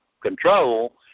control